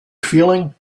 feeling